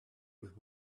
with